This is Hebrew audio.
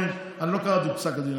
לא קראתי את פסק הדין,